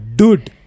dude